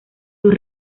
sus